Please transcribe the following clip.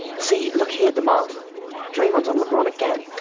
see, look here, demar draymond's on lebron again.